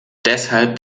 deshalb